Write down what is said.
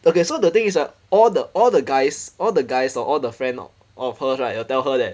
okay so the thing is right all the all the guys all the guys or all the friend of of her's right will tell her that